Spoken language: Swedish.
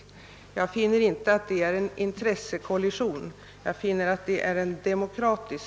Jag anser inte att det rör sig om en intressekollision, utan om en kollision i fråga om demokratin.